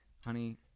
Honey